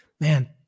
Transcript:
man